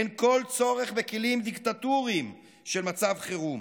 אין כל צורך בכלים דיקטטוריים של מצב חירום.